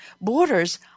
Borders